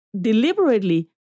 Deliberately